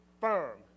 firm